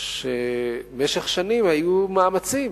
שבמשך שנים היו מאמצים